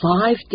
five